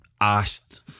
asked